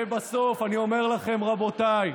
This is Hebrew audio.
ובסוף, אני אומר לכם, רבותיי,